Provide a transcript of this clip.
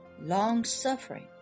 long-suffering